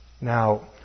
Now